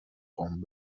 قوم